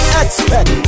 expect